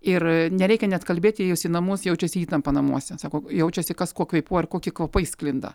ir nereikia net kalbėti įėjus į namus jaučiasi įtampa namuose sako jaučiasi kas kuo kvėpuoja ir kokie kvapai sklinda